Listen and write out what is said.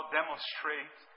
demonstrate